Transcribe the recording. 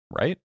Right